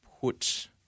put